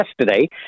yesterday